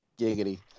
Giggity